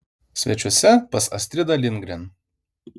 svečiuose pas astridą lindgren